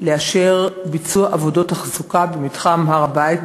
לאשר ביצוע עבודות תחזוקה במתחם הר-הבית,